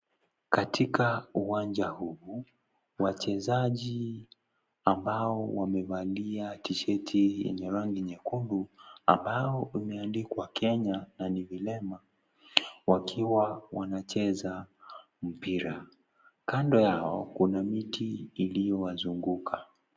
Katika uwanja huu, wachezaji ambao wamevalia T-Shirt yenye rangi nyekundu, ambao imeandikwa Kenya na ni vilema, wakiwa wanacheza mpira. Kando yao kuna miti iliyowazunguka.